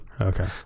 okay